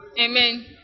Amen